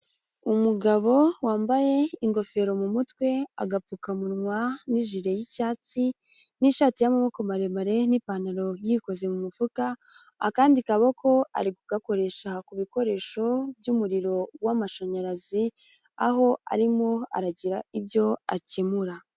Umugabo wambaye ingofero mu mutwe, agapfukamunwa, n'ijire y'icyatsi n'ishati y'amaboko maremare n'ipantaro, yikoze mu mufuka, akandi kaboko ari kugakoresha ku bikoresho by'umuriro w'amashanyarazi, aho arimo aragira ibyo akemura.